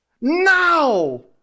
Now